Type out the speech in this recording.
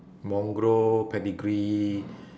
mongrel pedigree